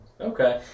Okay